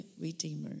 redeemer